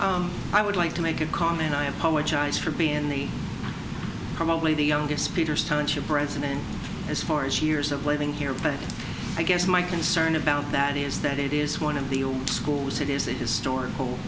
so i would like to make a comment i apologize for being the probably the youngest peter starship president as far as years of living here but i guess my concern about that is that it is one of the old school was it is a historical